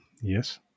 Yes